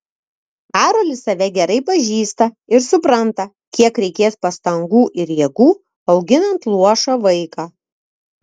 karolis save gerai pažįsta ir supranta kiek reikės pastangų ir jėgų auginant luošą vaiką